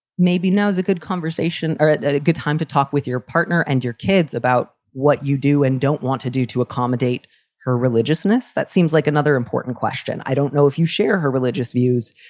maybe now's a good conversation or a good time to talk with your partner and your kids about what you do and don't want to do to accommodate her religiousness. that seems like another important question. i don't know if you share her religious views.